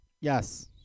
Yes